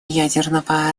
ядерного